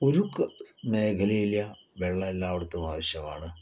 ഒരു കാ മേഖലയും ഇല്ല വെള്ളം എല്ലായിടത്തും ആവശ്യമാണ്